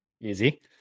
Easy